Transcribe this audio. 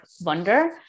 wonder